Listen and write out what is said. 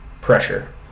pressure